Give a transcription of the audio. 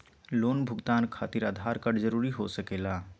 Loan भुगतान खातिर Aadhaar card जरूरी हो सके ला?